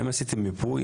האם עשיתם מיפוי?